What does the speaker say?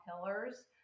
pillars